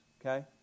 okay